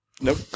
Nope